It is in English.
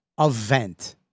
event-